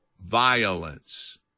violence